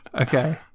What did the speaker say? Okay